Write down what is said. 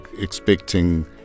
expecting